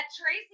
Tracy